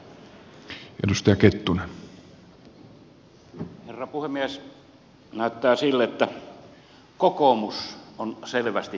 näyttää sille että kokoomus on selvästi hermostunut